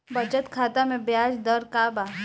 बचत खाता मे ब्याज दर का बा?